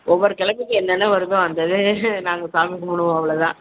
ஒவ்வொரு கிழமைக்கு என்னென்ன வருதோ அந்த நாங்கள் சாமி கும்பிடுவோம் அவ்வளோ தான்